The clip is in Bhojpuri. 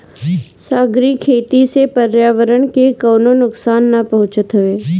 सागरी खेती से पर्यावरण के कवनो नुकसान ना पहुँचत हवे